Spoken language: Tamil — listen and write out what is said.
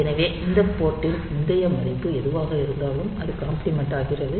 எனவே இந்த போர்ட் ன் முந்தைய மதிப்பு எதுவாக இருந்தாலும் அது காம்ப்ளிமெண்ட் ஆகிறது